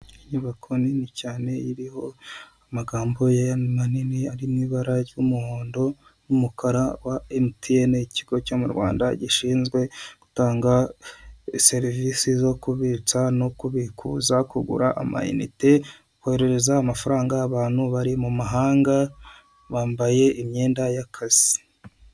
Inyubako nini cyane iriho amagambo manini ari mu ibara ry'umuhondo n'umukara wa emutiyene ikigo cyo mu rwanda gishinzwe gutanga serivisi zo kubitsa no kubikuza, kugura amanite kohereza amafaranga abantu bari mu mahanga, bambaye imyenda y'akazi.